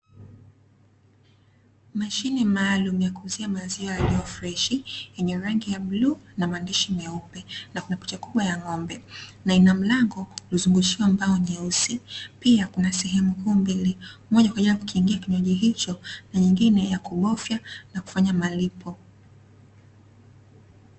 Mashine maalumu ya kuuzia maziwa yaliyo freshi, yenye rangi ya bluu na maandishi meupe, na kuna picha kubwa ng'ombe. Na ina mlango umezungushiwa mbao nyeusi. Pia kuna sehemu kuu mbili, moja kwa ajili ya kukingia kinywaji hicho, na nyingine ya kubofya na kufanya malipo.